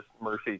mercy